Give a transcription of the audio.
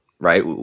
Right